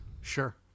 sure